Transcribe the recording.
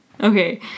Okay